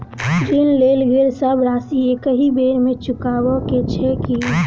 ऋण लेल गेल सब राशि एकहि बेर मे चुकाबऽ केँ छै की?